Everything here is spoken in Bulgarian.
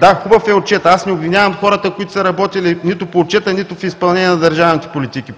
да, хубав е отчетът, аз не обвинявам хората, които са работили нито по отчета, нито в изпълнение на държавните политики